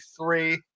three